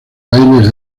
bailes